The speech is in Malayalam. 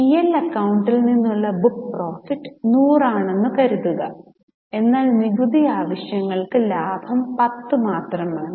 പി എൽ അക്കൌണ്ടിൽ നിന്നുള്ള ബുക്ക് പ്രോഫിറ്റ് 100 ആണെന്ന് കരുതുക എന്നാൽ നികുതി ആവശ്യങ്ങൾക്ക് ലാഭം 10 മാത്രമാണ്